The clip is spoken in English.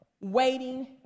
waiting